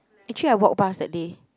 actually I walk past that day